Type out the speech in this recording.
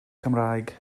cymraeg